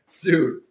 dude